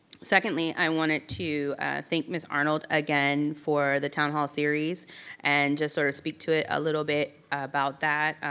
secondly, i wanted to thank ms. arnold again for the town hall series and just sort of speak to it a little bit about that,